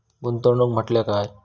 गुंतवणूक म्हटल्या काय?